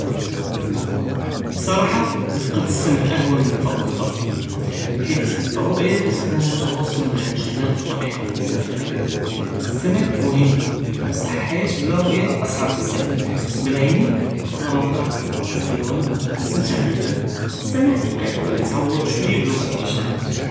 בסרחה נפקד א-סמע אהון מן פקד אלבסר, חית אלרויאה קטעטינה אלתואסול מע ג'מאל אלטביעה ו ווד'וה אלאח'אב, א-סמע מחם, בסח אלחייאה בלא רויאה אסעב בזאף, בלאיין נכדר נקרא תשוטף אלאלואן נסתמתע בבנ אלסמע ג'י קטעדר יתעווד שוייה בלוגת אלאשאראת.